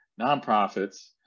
nonprofits